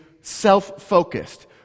self-focused